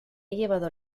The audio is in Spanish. llevado